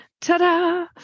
ta-da